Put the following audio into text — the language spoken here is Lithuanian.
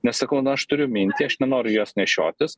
nes sakau na aš turiu mintį aš nenoriu jos nešiotis